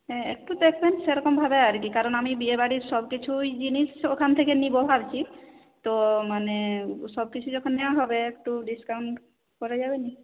হ্যাঁ একটু দেখবেন সেরকমভাবে আর কি কারণ আমি বিয়েবাড়ির সবকিছুই জিনিস ওখান থেকে নিবো ভাবছি তো মানে সবকিছু যখন নেওয়া হবে একটু ডিসকাউন্ট করা যাবেনা